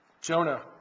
Jonah